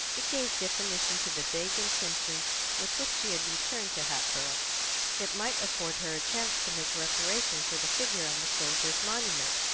it gave definition to the vague intentions with which she had returned to hatboro' it might afford her a chance to make reparation for the figure on the soldiers' monument.